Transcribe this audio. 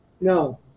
No